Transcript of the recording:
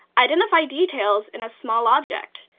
identify details in a small object,